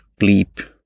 bleep